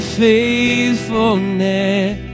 faithfulness